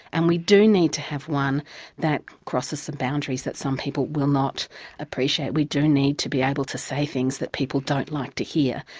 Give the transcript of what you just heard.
and we do need to have one that crosses some boundaries that some people will not appreciate. we do need to be able to say things that people don't like to hear.